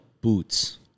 boots